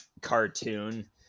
cartoon